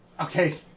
Okay